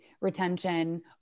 retention